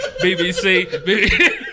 BBC